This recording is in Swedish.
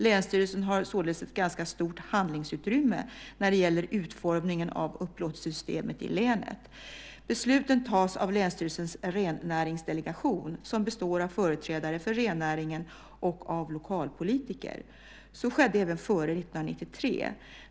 Länsstyrelsen har således ett ganska stort handlingsutrymme när det gäller utformningen av upplåtelsesystemet i länet. Besluten tas av länsstyrelsens rennäringsdelegation, som består av företrädare för rennäringen och av lokalpolitiker. Så skedde även före 1993.